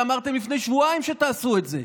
ואמרתם לפני שבועיים שתעשו את זה.